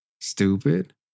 stupid